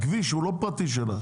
הכביש הוא לא פרטי שלה.